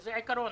זה עיקרון.